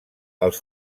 als